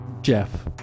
Jeff